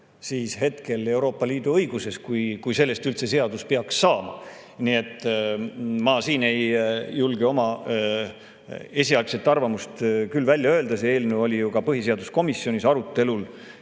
pretsedent ka Euroopa Liidu õiguses, kui sellest üldse peaks seadus saama. Nii et ma siin ei julge oma esialgset arvamust küll välja öelda. See eelnõu oli ka põhiseaduskomisjonis arutelul